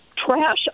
trash